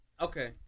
Okay